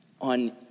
on